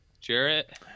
Jarrett